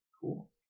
Cool